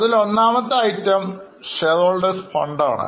അതിൽ ഒന്നാമത്തെ Item shareholders funds ആണ്